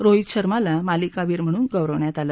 रोहित शर्माला मालिकावीर म्हणून गौरवण्यात आलं